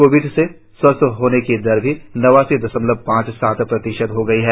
Covid से स्वस्थ होने की दर भी नवासी दशमलव पांच सात प्रतिशत हो गई है